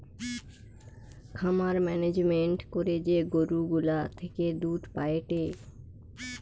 খামার মেনেজমেন্ট করে যে গরু গুলা থেকে দুধ পায়েটে